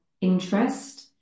interest